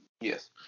Yes